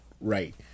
right